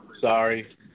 Sorry